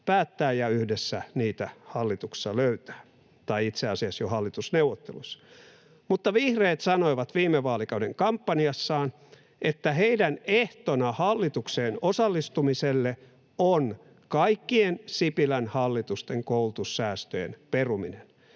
päättää ja yhdessä niitä hallituksessa löytää, tai itse asiassa jo hallitusneuvotteluissa. Mutta vihreät sanoivat viime vaalikauden kampanjassaan, että heidän ehtonaan hallitukseen osallistumiselle on kaikkien Sipilän hallitusten koulutussäästöjen peruminen,